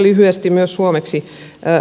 lyhyesti myös suomeksi